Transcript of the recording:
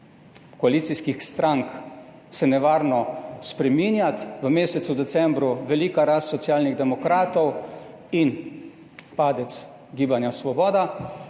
koalicijskih strank se nevarno spreminjati v mesecu decembru, velika rast Socialnih demokratov in padec Gibanja Svoboda,